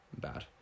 bad